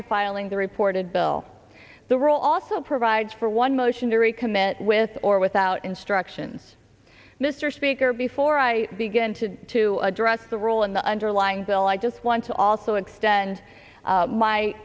to filing the reported bill the role also provides for one motion to recommit with or without instructions mr speaker before i begin to to address the role in the underlying bill i just want to also extend